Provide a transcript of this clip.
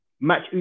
match